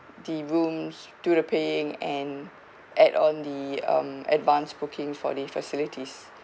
the rooms do the paying and add on the um advanced booking for the facilities